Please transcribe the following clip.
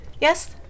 Yes